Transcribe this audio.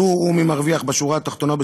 צאו וראו מי מרוויח בשורה התחתונה,